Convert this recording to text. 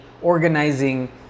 organizing